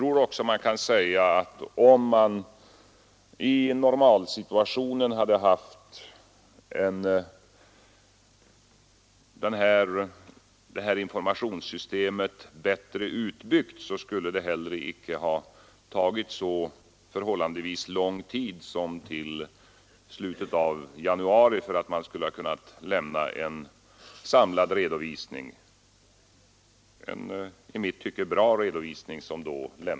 Om man i normalsituationen hade haft informationssystemet bättre utbyggt skulle det heller icke ha tagit så förhållandevis lång tid som till slutet av januari för att man skulle kunna lämna en samlad redovisning — en i mitt tycke bra redovisning.